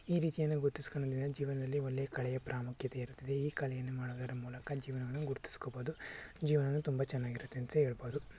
ಈ ರೀತಿಯನ್ನು ಗುರ್ತಿಸ್ಕೊಳ್ಳೋದ್ರಿಂದ ಜೀವನದಲ್ಲಿ ಒಳ್ಳೆ ಕಲೆಯ ಪ್ರಾಮುಖ್ಯತೆ ಇರುತ್ತದೆ ಈ ಕಲೆಯನ್ನು ಮಾಡುವುದರ ಮೂಲಕ ಜೀವನವನ್ನು ಗುರ್ತಿಸ್ಕೊಬೋದು ಜೀವನ ತುಂಬ ಚೆನ್ನಾಗಿರುತ್ತದೆ ಅಂತ ಹೇಳ್ಬೋದು